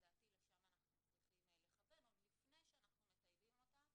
ולדעתי לשם אנחנו צריכים לכוון עוד לפני שאנחנו מטייבים אותה